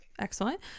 Excellent